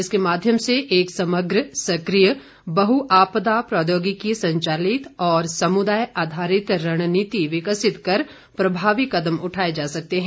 इसके माध्यम से एक समग्र सक्रिय बहुआपदा प्रौद्योगिकी संचालित और समुदाय आधारित रणनीति विकसित कर प्रभावी कदम उठाए जा सकते हैं